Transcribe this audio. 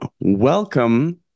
welcome